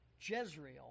Jezreel